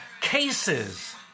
cases